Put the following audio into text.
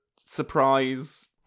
surprise